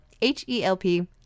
H-E-L-P